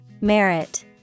Merit